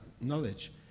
knowledge